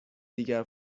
دیگر